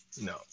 No